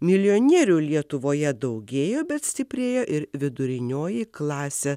milijonierių lietuvoje daugėja bet stiprėja ir vidurinioji klasė